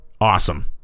Awesome